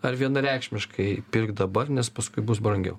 ar vienareikšmiškai pirkt dabar nes paskui bus brangiau